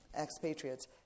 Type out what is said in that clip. expatriates